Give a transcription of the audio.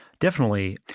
definitely.